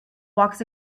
walks